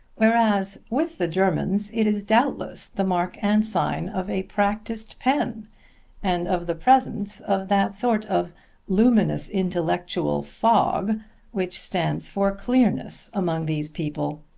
whereas with the germans it is doubtless the mark and sign of a practiced pen and of the presence of that sort of luminous intellectual fog which stands for clearness among these people.